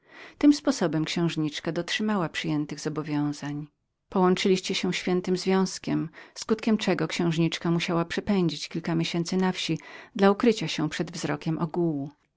tym sposobem księżniczka dotrzymała przyjętych raz zobowiązań tak połączyliście się świętym związkiem skutkiem czego księżniczka musiała przepędzić kilka miesięcy na wsi dla ukrycia się przed wzrokiem ogółu